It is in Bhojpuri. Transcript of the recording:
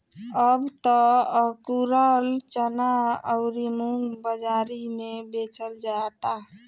अब त अकुरल चना अउरी मुंग बाजारी में बेचल जाता